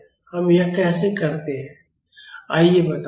हम यह कैसे करते हैं आइए बताते हैं